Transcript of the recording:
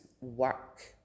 work